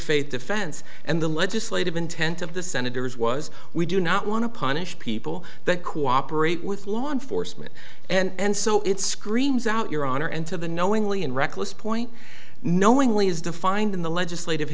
faith defense and the legislative intent of the senators was we do not want to punish people that cooperate with law enforcement and so it screams out your honor and to the knowingly and reckless point knowingly is defined in the legislative